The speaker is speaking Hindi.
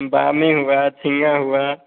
बामी हुआ छिया हुआ